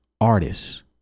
artists